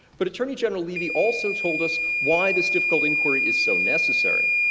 but attorney general levy also told us why this difficult inquiry is so necessary.